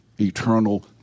eternal